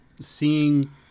seeing